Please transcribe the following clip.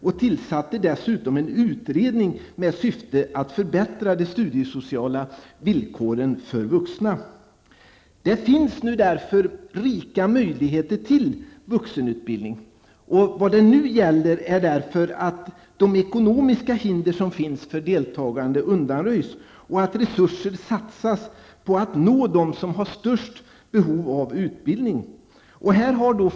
Man tillsatte dessutom en utredning med syfte att förbättra de studiesociala villkoren för vuxna. Det finns nu rika möjligheter till vuxenutbildning. Det gäller därför att undanröja de ekonomiska hindren för deltagande. Resurser skall satsas på att nå de som har störst behov av utbildning.